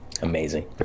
amazing